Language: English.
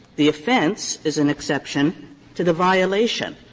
the offense is an exception to the violation.